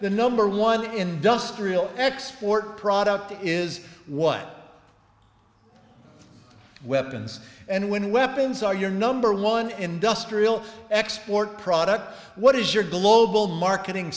the number one industrial export product is what weapons and when weapons are your number one industrial export product what is your global marketing